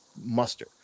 muster